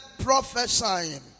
prophesying